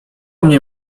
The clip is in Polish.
mnie